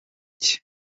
cye